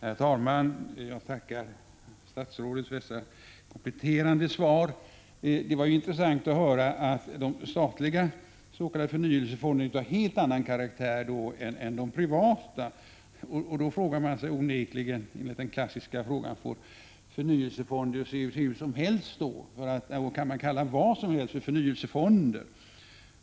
Herr talman! Jag tackar statsrådet för dessa kompletterande svar. Det var intressant att höra att de statliga s.k. förnyelsefonderna är av helt annan karaktär än de privata. Då frågar man sig onekligen om förnyelsefonder får se ut hur som helst. Kan man kalla vad som helst för förnyelsefonder?